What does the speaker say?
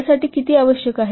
यासाठी किती आवश्यक आहे